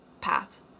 path